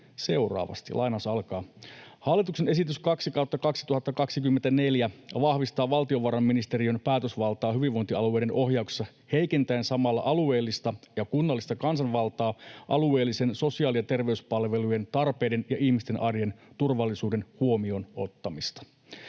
seuraavasti: ”Hallituksen esitys 2/2024 vahvistaa valtiovarainministeriön päätösvaltaa hyvinvointialueiden ohjauksessa heikentäen samalla alueellista ja kunnallista kansanvaltaa alueellisen sosiaali- ja terveyspalvelujen tarpeiden ja ihmisten arjen turvallisuuden huomioon ottamista.